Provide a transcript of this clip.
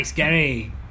Gary